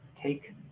take